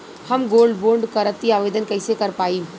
हम gold bond करतिं आवेदन कइसे कर पाइब?